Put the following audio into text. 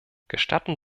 gestatten